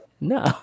No